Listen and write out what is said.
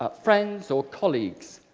ah friends or colleagues.